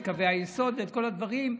את קווי היסוד ואת כל הדברים,